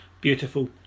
Beautiful